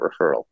referral